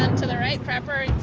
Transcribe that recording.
and to the right prepper,